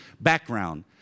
background